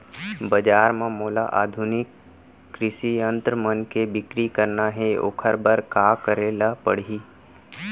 बजार म मोला आधुनिक कृषि यंत्र मन के बिक्री करना हे ओखर बर का करे ल पड़ही?